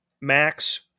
Max